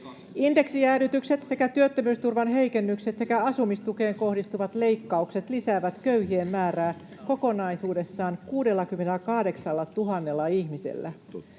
Indeksijäädytykset sekä työttömyysturvan heikennykset sekä asumistukeen kohdistuvat leikkaukset lisäävät köyhien määrää kokonaisuudessaan 68 000 ihmisellä.